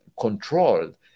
controlled